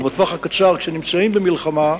ובטווח הקצר, כשנמצאים במלחמה,